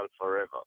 forever